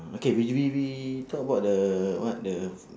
okay we we we talk about the what the